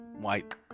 white